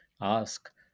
ask